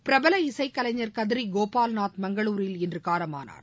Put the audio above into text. பிரபல இசைக்கலைஞர் கத்ரி கோபால்நாத் மங்களூரில் இன்று காலமானார்